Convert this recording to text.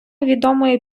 відомої